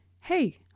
hey